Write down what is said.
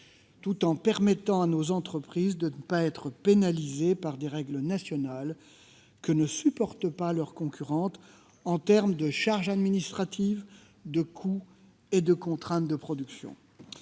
tout en permettant à nos entreprises de ne pas être pénalisées par des règles nationales que ne supportent pas leurs concurrentes, en termes de charges administratives, de coûts et de contraintes de production.